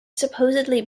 supposedly